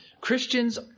Christians